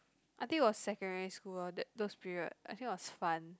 I think it was secondary school ah that those period I think was fun